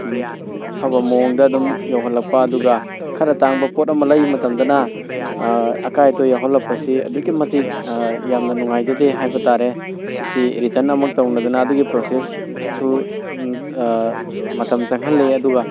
ꯑꯐꯕ ꯃꯑꯣꯡꯗ ꯑꯗꯨꯝ ꯌꯧꯍꯜꯂꯛꯄ ꯑꯗꯨꯒ ꯈꯔ ꯇꯥꯡꯕ ꯄꯣꯠ ꯑꯃ ꯂꯩꯕ ꯃꯇꯝꯗꯅ ꯑꯀꯥꯏ ꯑꯇꯣꯏ ꯌꯥꯎꯍꯜꯂꯛꯄꯁꯤ ꯑꯗꯨꯛꯀꯤ ꯃꯇꯤꯛ ꯌꯥꯝꯅ ꯅꯨꯡꯉꯥꯏꯖꯗꯦ ꯍꯥꯏꯕ ꯇꯥꯔꯦ ꯃꯁꯤ ꯔꯤꯇꯔꯟ ꯑꯃꯨꯛ ꯇꯧꯅꯗꯅ ꯑꯗꯨꯒꯤ ꯄ꯭ꯔꯣꯁꯦꯁꯁꯨ ꯃꯇꯝ ꯆꯪꯍꯜꯂꯦ ꯑꯗꯨꯒ